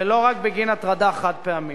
ולא רק בגין הטרדה חד-פעמית.